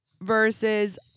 versus